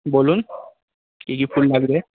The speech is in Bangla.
বলুন কী কী ফুল লাগবে